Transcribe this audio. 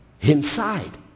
inside